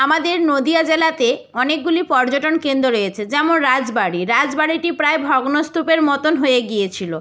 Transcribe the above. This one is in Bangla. আমাদের নদীয়া জেলাতে অনেকগুলি পর্যটনকেন্দ্র রয়েছে যেমন রাজবাড়ি রাজবাড়িটি প্রায় ভগ্ন স্তুপের মতন হয়ে গিয়েছিলো